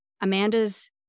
Amanda's